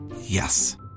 Yes